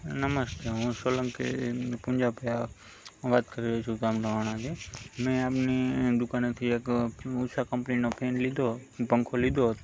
નમસ્તે હું સોલંકી પૂંજાભઇ આ વાત કરી રહ્યો છું ગામ મહેસાણાથી મેં એમની દુકાનેથી એક ઉષા કંપનીનો ફૅન લીધો પંખો લીધો હતો